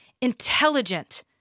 intelligent